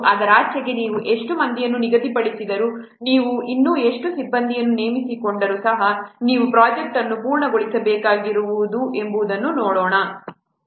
ಅದರಾಚೆಗೆ ನೀವು ಎಷ್ಟು ಮಂದಿಯನ್ನು ನಿಗದಿಪಡಿಸಿದರೂ ನೀವು ಇನ್ನೂ ಎಷ್ಟು ಸಿಬ್ಬಂದಿಯನ್ನು ನೇಮಿಸಿಕೊಂಡರೂ ಸಹ ನೀವು ಪ್ರೊಜೆಕ್ಟ್ ಅನ್ನು ಪೂರ್ಣಗೊಳಿಸದಿರಬಹುದು ಎಂಬುದನ್ನು ನೋಡೋಣ